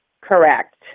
Correct